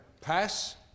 pass